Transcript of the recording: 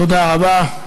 תודה רבה.